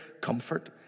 comfort